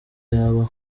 yaba